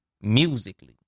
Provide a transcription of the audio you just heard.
musically